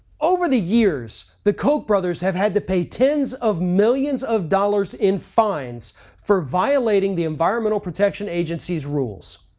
over the years the koch brothers have had to pay tens of millions of dollars in fines for violating the environmental protection agency's rules.